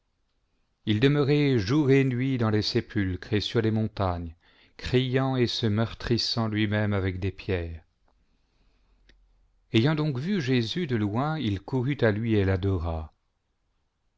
n demeurait jour et nuit dans les sépulcres et sur les montagnes criant et se meurtrissant lui-même avec des pierres ayant donc vu jésus de loin il courut à lui et l'adora